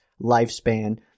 lifespan